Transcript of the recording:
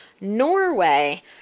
Norway